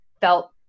felt